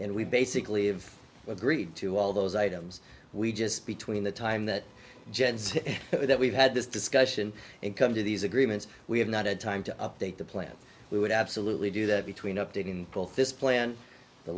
and we basically have agreed to all those items we just between the time that jenn's that we've had this discussion and come to these agreements we have not had time to update the plan we would absolutely do that between updating both this plan the